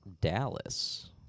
Dallas